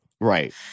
Right